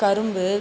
கரும்பு